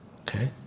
Okay